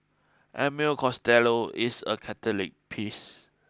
Emmett Costello is a Catholic priest